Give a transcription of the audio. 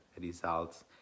results